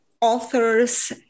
authors